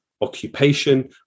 occupation